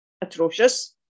atrocious